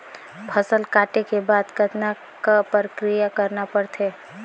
फसल काटे के बाद कतना क प्रक्रिया करना पड़थे?